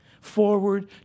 forward